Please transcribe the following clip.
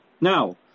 Now